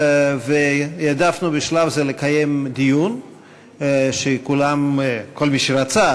והעדפנו בשלב זה לקיים דיון שכל מי שרצה,